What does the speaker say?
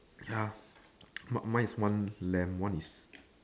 ya mine is one lamb one is